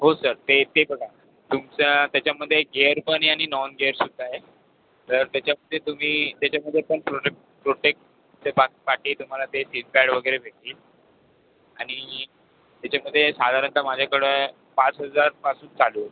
हो सर ते ते बघा तुमचा त्याच्यामध्ये गेअर पण आहे आणि नॉन गेअर सुद्धा आहे जर त्याच्यामध्ये तुम्ही त्याच्यामध्ये पण प्रॉडक्ट प्रोटेक्टचं कामासाठी तुम्हाला ते स्किट पॅड वगैरे भेटतील आणि त्याच्यामध्ये साधारणत माझ्याकडं पाच हजारपासून चालू आहे